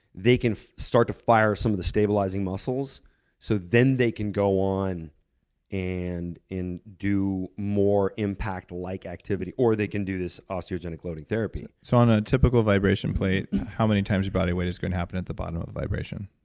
they can start to fire some of the stabilizing muscles so then they can go on and do more impact-like activity, or they can do this osteogenic loading therapy. so on a typical vibration plate, how many times your body weight is going to happen at the bottom of vibration?